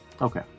Okay